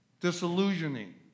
disillusioning